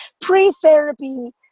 pre-therapy